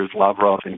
Lavrov